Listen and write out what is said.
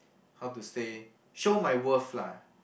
how to say show my worth lah